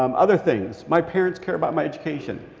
um other things. my parents care about my education.